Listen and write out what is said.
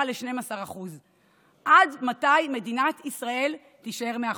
12%. עד מתי מדינת ישראל תישאר מאחור?